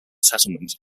settlement